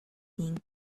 been